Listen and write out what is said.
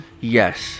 Yes